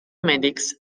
medics